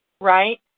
Right